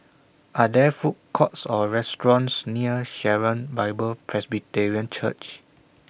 Are There Food Courts Or restaurants near Sharon Bible Presbyterian Church